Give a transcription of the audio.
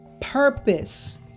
purpose